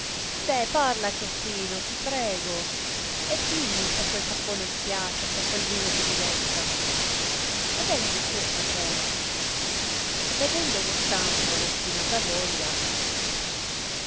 deh parla chiappino ti prego e dimmi se quel cappone ti piace e quel vino ti diletta ed egli pur taceva vedendo costanzo ostinata voglia disse